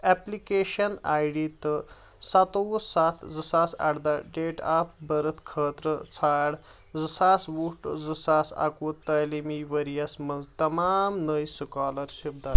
application ID تہٕ سَتووُہ سَتھ زٕ ساس ارداہ ڈیٹ آف بٔرٕتھ خٲطرٕ ژھانٛڈ زٕ ساس وُہ ٹُو زٕ ساس اَکوُہ تٔعلیٖمی ؤرۍ یَس منٛز تمام نٔے سُکالرشِپ در